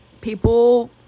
people